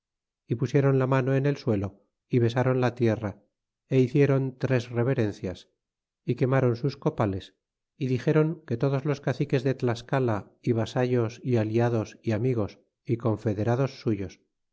y pusieron la mano en el suelo y besaron la tierra y hiciéron tres reverencias y quemaron sus copales y dixéron que todos los caciques de tlascala y vasallos y aliados y amigos y confederados suyos